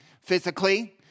physically